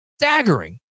staggering